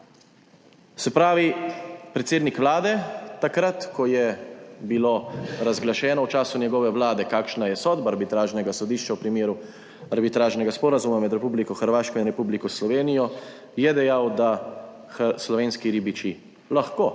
Se pravi, predsednik vlade je dejal takrat, ko je bilo razglašeno, v času njegove vlade, kakšna je sodba arbitražnega sodišča v primeru Arbitražnega sporazuma med Republiko Hrvaško in Republiko Slovenijo, da slovenski ribiči lahko